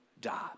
die